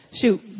Shoot